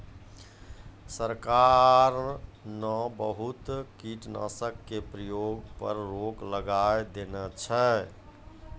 सरकार न बहुत कीटनाशक के प्रयोग पर रोक लगाय देने छै